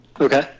Okay